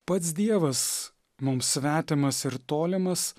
pats dievas mums svetimas ir tolimas